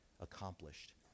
accomplished